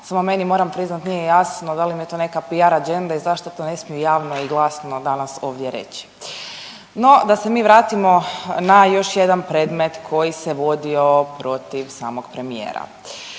Samo meni moram priznati nije jasno da li im je to neka PR agenda i zašto to ne smiju javno i glasno danas ovdje reći. No da se mi vratimo na još jedan predmet koji se vodio protiv samog premijera.